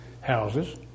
houses